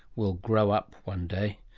we'll grow up one day.